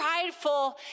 prideful